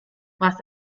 was